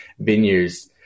venues